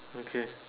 okay